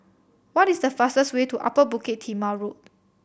what is the fastest way to Upper Bukit Timah Road